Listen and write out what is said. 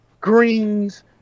greens